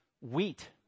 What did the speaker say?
wheat